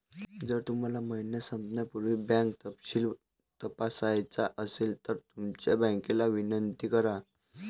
जर तुम्हाला महिना संपण्यापूर्वी बँक तपशील तपासायचा असेल तर तुमच्या बँकेला विनंती करा